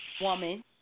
woman